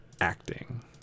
acting